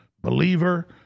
Believer